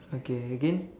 okay again